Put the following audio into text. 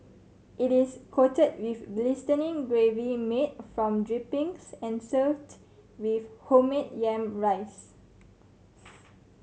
it is coated with glistening gravy made from drippings and served with homemade yam rice